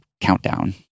countdown